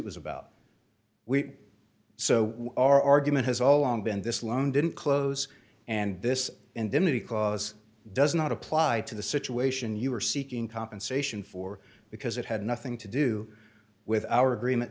was about we so our argument has all along been this loan didn't close and this indemnity clause does not apply to the situation you are seeking compensation for because it had nothing to do with our agreement